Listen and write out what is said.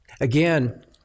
Again